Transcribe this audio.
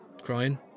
Crying